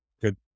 good